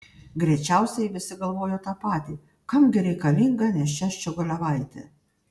greičiausiai visi galvojo tą patį kam gi reikalinga nėščia ščiogolevaitė